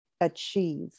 achieve